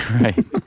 Right